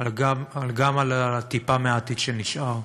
גם על הטיפה מהעתיד שנשאר.